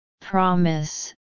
promise